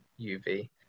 UV